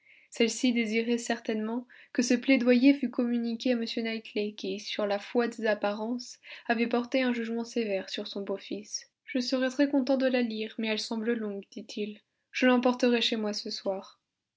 celle-ci désirait certainement que ce plaidoyer fût communiqué à m knightley qui sur la foi des apparences avait porté un jugement sévère sur son beau-fils je serai très content de la lire mais elle semble longue dit-il je l'emporterai chez moi ce soir